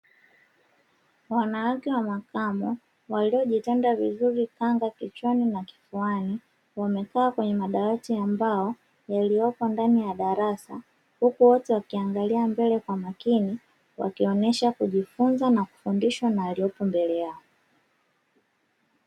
Wanawake wa makamo waliojitanda vizuri kanga kichwani na kifuani wamekaa kwenye madawati ya mbao, yaliyopo ndani ya darasa huku wote wakiangalia mbele kwa makini wakionesha kujifunza na kufundishwa na waliopo mbele yao.